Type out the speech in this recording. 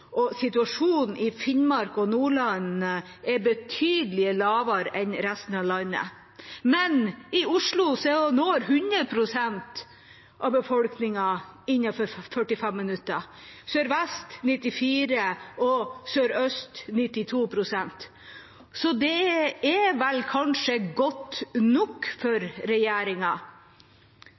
kjøretid. Situasjonen i Finnmark og Nordland gir en betydelig lavere andel enn i resten av landet. I Oslo når 100 pst. av befolkningen et passkontor innen det er gått 45 minutter, i Sør-Vest politidistrikt 94 pst. og i Sør-Øst politidistrikt 92 pst. Det er kanskje godt nok for regjeringa?